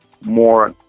more